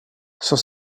sans